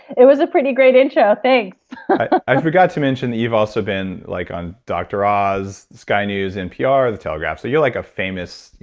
it was a pretty great intro, thanks i forgot to mention that you've also been like on dr. oz, sky news, npr, the telegraph. so you're like a famous.